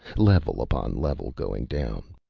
level upon level, going down.